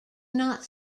not